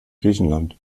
griechenland